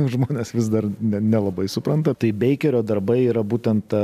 žmonės vis dar ne nelabai supranta tai beikerio darbai yra būtent